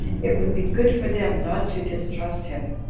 it would be good for them not to distrust him.